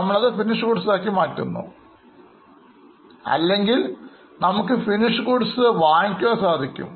നമ്മൾ അത് Finished Goods ആക്കി മാറ്റുന്നു അല്ലെങ്കിൽ നമുക്ക് Finished ഗുഡ്സ് വാങ്ങിക്കുവാൻ സാധിക്കും